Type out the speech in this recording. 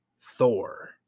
Thor